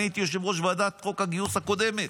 אני הייתי יושב-ראש ועדת חוק הגיוס הקודמת,